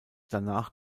danach